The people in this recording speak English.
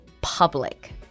public